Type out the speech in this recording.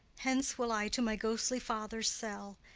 hence will i to my ghostly father's cell,